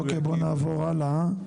אוקיי, בואו נעבור הלאה.